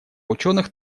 ученых